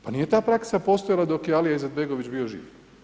Pa nije ta praksa postojala dok je Alija Izetbegović bio živ.